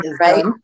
right